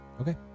Okay